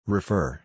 Refer